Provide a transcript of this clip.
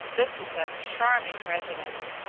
this is a charming residence,